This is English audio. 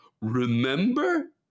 Remember